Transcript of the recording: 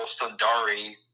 Sundari